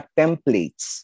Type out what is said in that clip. templates